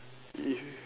if